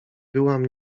byłam